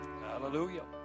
Hallelujah